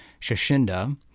Shashinda